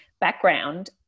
background